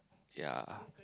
ya